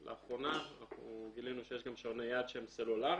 לאחרונה אנחנו גילינו שיש גם שעוני יד שהם סלולריים,